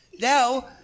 Now